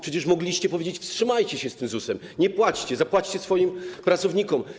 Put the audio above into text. Przecież mogliście powiedzieć: Wstrzymajcie się z tym ZUS-em, nie płaćcie, zapłaćcie swoim pracownikom.